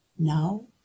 Now